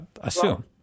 assume